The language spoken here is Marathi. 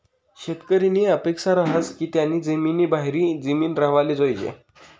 शेतकरीनी अपेक्सा रहास की त्यानी जिमीन भारी जिमीन राव्हाले जोयजे